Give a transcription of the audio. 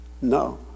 No